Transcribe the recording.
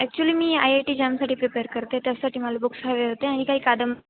actually मी I I T एक्जामसाठी prepare करते त्यासाठी मला बुक्स हवे होते आणि आणि कादंबऱ्या